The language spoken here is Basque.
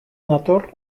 nator